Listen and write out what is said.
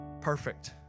Perfect